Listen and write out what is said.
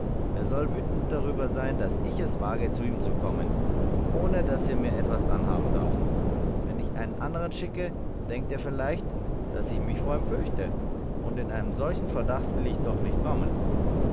er soll wütend darüber sein daß ich es wage zu ihm zu kommen ohne daß er mir etwas anhaben darf wenn ich einen andern schicke denkt er vielleicht daß ich mich vor ihm fürchte und in einen solchen verdacht will ich doch nicht kommen